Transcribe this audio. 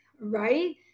Right